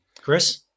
Chris